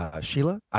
Sheila